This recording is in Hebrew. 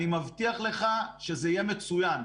אני מבטיח לך שזה יהיה מצוין.